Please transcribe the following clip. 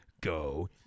go